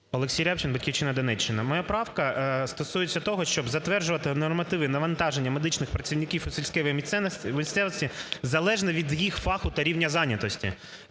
Олексій Рябчин, "Батьківщина", Донеччина. Моя правка стосується того, щоб затверджувати нормативні навантаження медичних працівників у сільській місцевості залежно від їх фаху та рівня зайнятості.